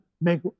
make